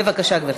בבקשה, גברתי.